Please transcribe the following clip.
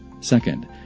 Second